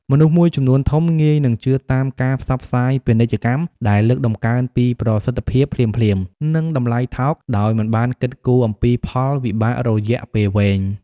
មនុស្សមួយចំនួនធំ ងាយនឹងជឿតាមការផ្សព្វផ្សាយពាណិជ្ជកម្មដែលលើកតម្កើងពីប្រសិទ្ធភាពភ្លាមៗ និងតម្លៃថោក ដោយមិនបានគិតគូរអំពីផលវិបាករយៈពេលវែង។